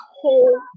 whole